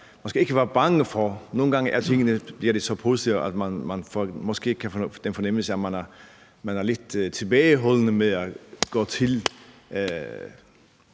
Jeg vil bare sige, at nogle gange bliver tingene så positive, at man måske kan få den fornemmelse, at der er lidt tilbageholdenhed ved at gå til